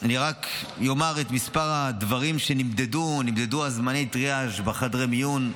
אני רק אומר את מספר הדברים שנמדדו: נמדדו זמני טריאז' בחדרי מיון,